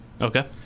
Okay